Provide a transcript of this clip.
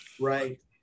Right